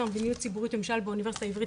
למדיניות ציבורית וממשל באוניברסיטת העברית,